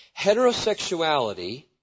Heterosexuality